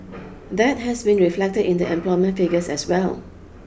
that has been reflected in the employment figures as well